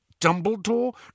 Dumbledore